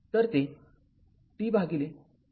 तर ते t tτ आहे